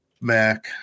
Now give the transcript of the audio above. Mac